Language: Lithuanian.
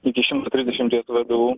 iki šimto trisdešimtie vdu